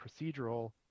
procedural